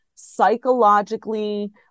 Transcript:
psychologically